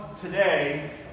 today